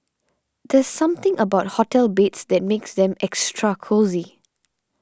there's something about hotel beds that makes them extra cosy